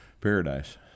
Paradise